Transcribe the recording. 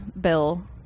bill